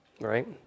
right